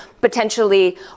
potentially